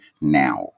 now